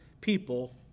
people